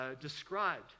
described